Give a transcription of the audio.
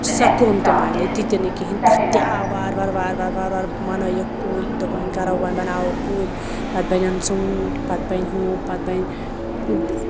سۄ کٲم تہِ مَکلے تِتہِ نہٕ کِہیٖنۍ تَتھ تہِ آو وارٕ وارٕ وارٕ وارٕ وارٕ وارٕ مَنٲیِکھ کُلۍ دوٚپ وۄنۍ کَرو وۄنۍ بَناوو کُلۍ پَتہٕ بَنَن ژوٗںٛٹھۍ پَتہٕ بَنہِ ہُہ پَتہٕ بَنہِ